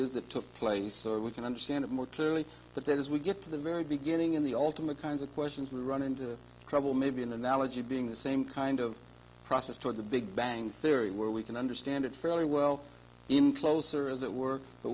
that took place so we can understand it more clearly but there is we it to the very beginning in the ultimate kinds of questions we run into trouble maybe an analogy being the same kind of process toward the big bang theory where we can understand it fairly well in closer as it works but